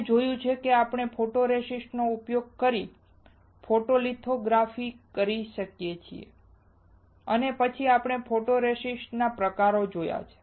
અમે જોયું છે કે આપણે ફોટોરેસિસ્ટ નો ઉપયોગ કરીને ફોટોલિથોગ્રાફી કરી શકીએ છીએ અને પછી આપણે ફોટોરેસિસ્ટ નો પ્રકાર જોયો છે